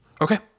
Okay